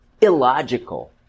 illogical